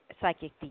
Psychic